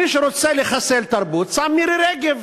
מי שרוצה לחסל תרבות, שם את מירי רגב